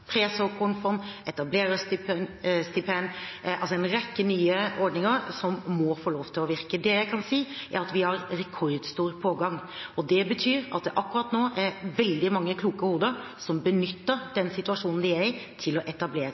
presåkornfond, etablererstipend – altså, en rekke nye ordninger som må få lov til å virke. Det jeg kan si, er at vi har rekordstor pågang. Det betyr at det akkurat nå er veldig mange kloke hoder som benytter den situasjonen de er i, til å etablere